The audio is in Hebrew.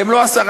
אתם לא 10%;